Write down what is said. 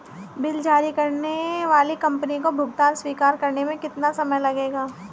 Bill जारी करने वाली कंपनी को भुगतान स्वीकार करने में कितना समय लगेगा?